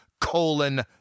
colon